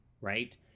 right